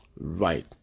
right